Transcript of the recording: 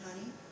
honey